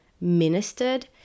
ministered